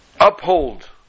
uphold